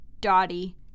Dottie